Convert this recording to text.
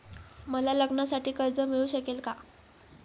मला लग्नासाठी कर्ज मिळू शकेल का?